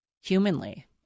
humanly